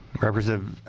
representative